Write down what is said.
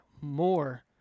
more